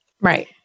Right